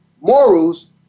morals